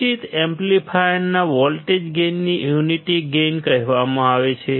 સૂચિત એમ્પ્લીફાયરના વોલ્ટેજ ગેઇનને યુનિટી ગેઇન કહેવામાં આવે છે